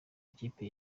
ikipe